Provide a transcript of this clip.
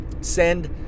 send